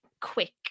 quick